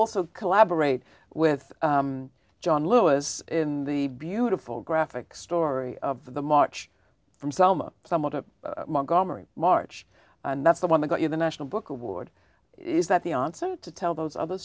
also collaborate with john lewis in the beautiful graphic story of the march from selma someone to montgomery march and that's the one that got you the national book award is that the answer to tell those other